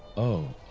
oh,